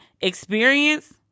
experience